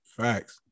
Facts